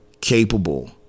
capable